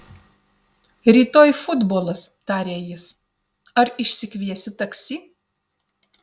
rytoj futbolas tarė jis ar išsikviesi taksi